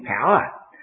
power